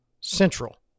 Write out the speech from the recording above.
Central